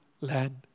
land